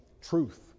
truth